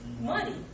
money